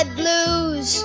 blues